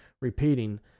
repeating